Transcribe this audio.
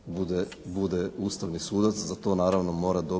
bude ustavni sudac. Za to naravno mora dobiti